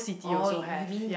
oh you you mean